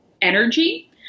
energy